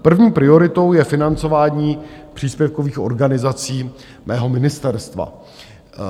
První prioritou je financování příspěvkových organizací mého ministerstva.